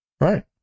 Right